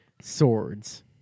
swords